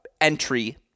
entry